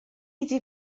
wedi